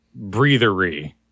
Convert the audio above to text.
breathery